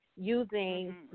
using